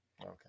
Okay